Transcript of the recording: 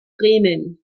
bremen